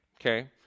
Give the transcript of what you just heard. okay